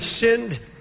sinned